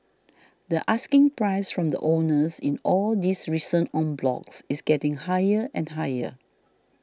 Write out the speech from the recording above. the asking price from the owners in all these recent en blocs is getting higher and higher